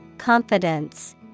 Confidence